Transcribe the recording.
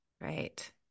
right